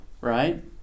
Right